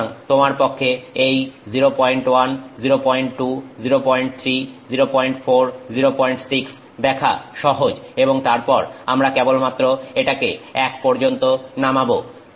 সুতরাং তোমার পক্ষে এই 01 02 03 04 06 দেখা সহজ এবং তারপর আমরা কেবলমাত্র এটাকে এক পর্যন্ত নামাবো